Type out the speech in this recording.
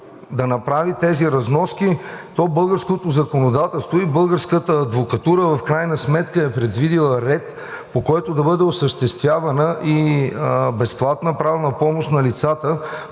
българската адвокатура в крайна сметка е предвидила ред, по който да бъде осъществявана и безплатна правна помощ на лицата,